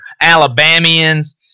Alabamians